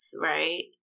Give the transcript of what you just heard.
right